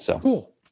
Cool